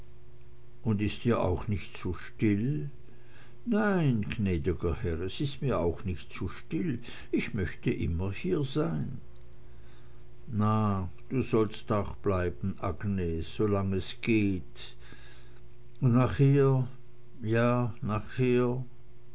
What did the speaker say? und ist dir auch nicht zu still nein gnäd'ger herr es ist mir auch nicht zu still ich möchte immer hier sein na du sollst auch bleiben agnes solang es geht und nachher ja nachher